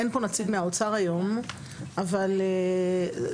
אין פה נציג מהאוצר היום אבל אודליה,